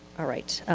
all right,